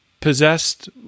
possessed